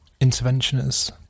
interventioners